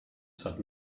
said